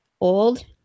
old